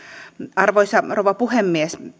arvoisa rouva puhemies